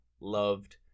loved